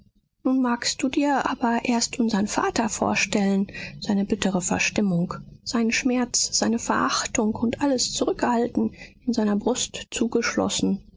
magst du dir aber erst unsern vater vorstellen seine bittere verstimmung seinen schmerz seine verachtung und alles zurückgehalten in seiner brust zugeschlossen